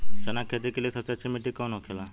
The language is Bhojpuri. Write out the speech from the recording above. चना की खेती के लिए सबसे अच्छी मिट्टी कौन होखे ला?